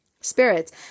spirits